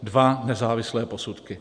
Dva nezávislé posudky.